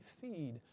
feed